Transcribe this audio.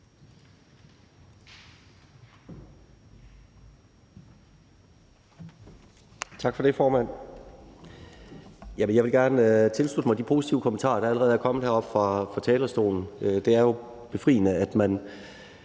Tak for det, formand.